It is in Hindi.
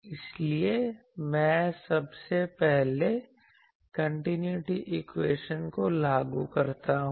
इसलिए मैं सबसे पहले कंटिन्यूटी इक्वेशन को लागू करता हूं